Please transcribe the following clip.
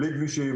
בלי כבישים,